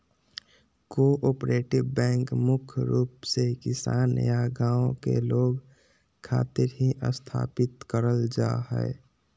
cooperative bank मुख्य रूप से किसान या गांव के लोग खातिर ही स्थापित करल जा हय